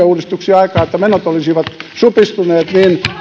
uudistuksia aikaan että menot olisivat supistuneet